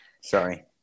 Sorry